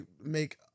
make